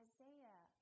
Isaiah